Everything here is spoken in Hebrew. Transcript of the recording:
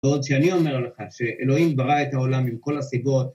בעוד שאני אומר לך שאלוהים ברא את העולם עם כל הסיבות